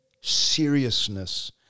seriousness